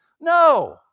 No